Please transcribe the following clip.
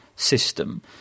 system